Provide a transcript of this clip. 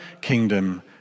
kingdom